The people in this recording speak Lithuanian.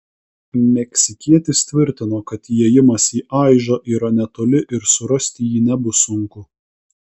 meksikietis tvirtino kad įėjimas į aižą yra netoli ir surasti jį nebus sunku